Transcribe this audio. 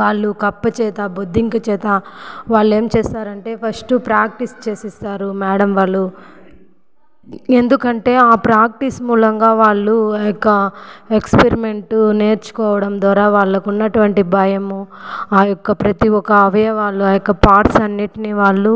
వాళ్లు కప్పచేత బొద్దింక చేత వాళ్ళు ఏం చేస్తారంటే ఫస్ట్ ప్రాక్టీస్ చేసిస్తారు మ్యాడం వాళ్ళు ఎందుకంటే ఆ ప్రాక్టీస్ మూలంగా వాళ్ళు ఒక ఎక్స్పరిమెంట్ నేర్చుకోవడం ద్వారా వాళ్లకు ఉన్నటువంటి భయము ఆ యొక్క ప్రతి ఒక్క అవయవాలు ఆ యొక్క పార్ట్స్ అన్నిటిని వాళ్ళు